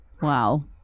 Wow